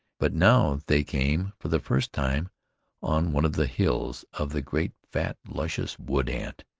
but now they came for the first time on one of the hills of the great, fat, luscious wood-ant,